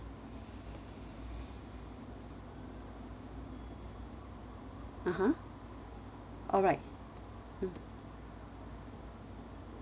(uh huh) alright mm